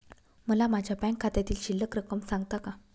मला माझ्या बँक खात्यातील शिल्लक रक्कम सांगता का?